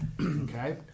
Okay